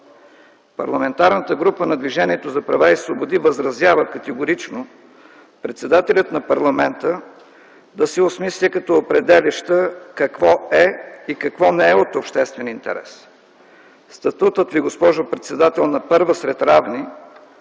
Парламентарната група на Движението за права и свободи възразява категорично председателят на парламента да се осмисля като определяща какво е и какво не е от обществен интерес. Статутът Ви, госпожо председател, на първа сред равни